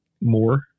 more